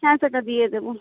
হ্যাঁ সেটা দিয়ে দেবো